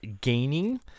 gaining